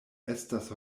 estas